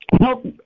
help